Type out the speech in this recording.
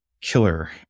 killer